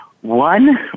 One